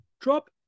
drop